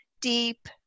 deep